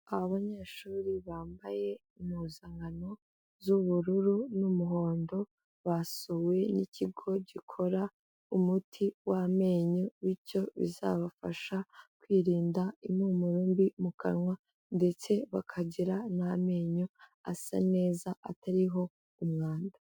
Abanyeshuri bambaye impuzankano z'ubururu n'umuhondo basuwe n'ikigo gikora umuti w'amenyo, bityo bizabafasha kwirinda impumuro mbi mu kanwa ndetse bakagira n'amenyo asa neza atariho umwanda.